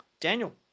Daniel